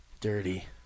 Dirty